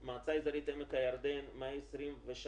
מועצה אזורית עמק הירדן 123,399,